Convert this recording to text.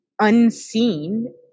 unseen